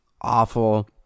awful